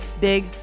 Big